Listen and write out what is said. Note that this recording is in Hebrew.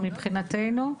מבחינתנו,